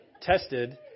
tested